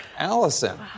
Allison